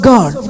God